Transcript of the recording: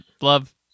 love